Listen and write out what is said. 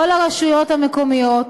כל הרשויות המקומיות,